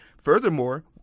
Furthermore